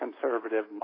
conservative